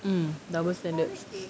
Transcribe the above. mm double standards